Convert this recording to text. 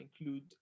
include